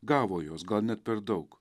gavo jos gal net per daug